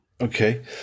Okay